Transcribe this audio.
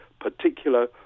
particular